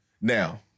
now